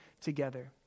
together